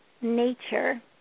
nature